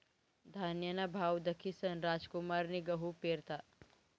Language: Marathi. धान्यना भाव दखीसन रामकुमारनी गहू पेरात